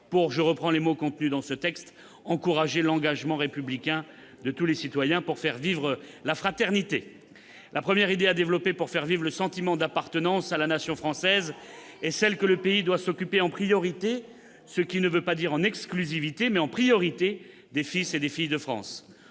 pour reprendre des mots contenus dans ce texte, « encourager l'engagement républicain de tous les citoyens pour faire vivre la fraternité »! La première idée à développer, pour faire vivre le sentiment d'appartenance à la nation française, est que le pays doit s'occuper en priorité, ce qui ne veut pas dire en exclusivité, des fils et des filles de France